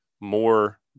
more